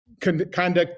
conduct